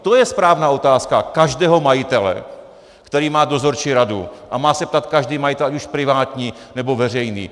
To je správná otázka každého majitele, který má dozorčí radu, a má se ptát každý majitel, ať už privátní, nebo veřejný.